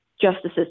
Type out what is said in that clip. justices